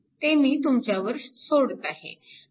ते मी तुमच्यावर सोडत आहे